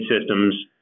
systems